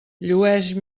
llueix